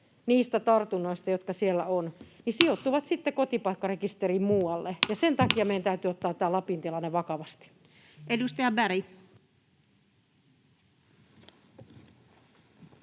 niistä tartunnoista, jotka siellä ovat, sijoittuu sitten kotipaikkarekisteriin muualle, ja sen takia meidän täytyy ottaa tämä Lapin tilanne vakavasti. Edustaja Berg.